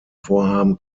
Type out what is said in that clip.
vorhaben